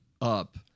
up